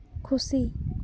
ᱠᱷᱩᱥᱤ